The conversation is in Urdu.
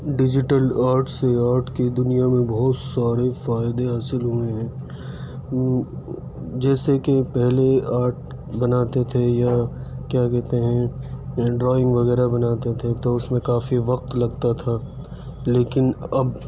ڈیجیٹل آرٹ سے آرٹ کی دنیا میں بہت سارے فائدے حاصل ہوئے ہیں جیسے کہ پہلے آرٹ بناتے تھے یا کیا کہتے ہیں یا ڈرائنگ وغیرہ بناتے تھے تو اس میں کافی وقت لگتا تھا لیکن اب